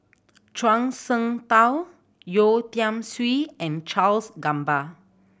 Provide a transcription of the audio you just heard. Zhuang Shengtao Yeo Tiam Siew and Charles Gamba